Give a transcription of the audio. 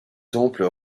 temple